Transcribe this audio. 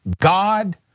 God